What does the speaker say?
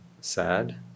sad